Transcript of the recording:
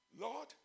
Lord